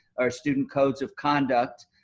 our student codes of conduct.